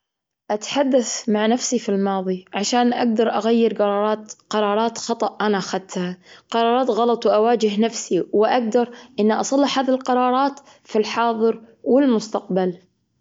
أتحدث مع نفسي في الماضي عشان أقدر أغير جرارات-قرارات خطأ أنا أخدتها، قرارات غلط. وأواجه نفسي، وأقدر أني أصلح هذي القرارات في الحاظر والمستقبل.